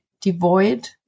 devoid